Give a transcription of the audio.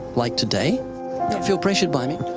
like, today? don't feel pressured by me.